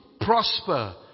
prosper